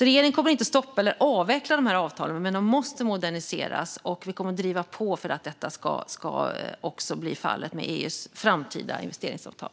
Regeringen kommer inte att stoppa eller avveckla avtalen, men de måste moderniseras. Vi kommer att driva på för att detta också ska bli fallet med EU:s framtida investeringsavtal.